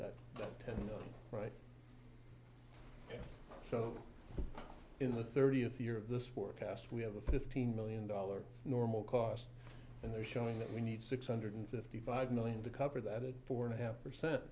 that right so in the thirtieth year of this forecast we have a fifteen million dollars normal cost and they're showing that we need six hundred fifty five million to cover that a four and a half percent